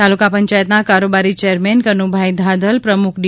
તાલુકા પચાયતના કારોબારી ચેરમેન કનુભાઈ ધાધલ પ્રમુખ ડી